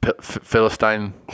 Philistine